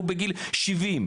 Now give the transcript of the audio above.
הוא בגיל 70,